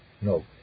No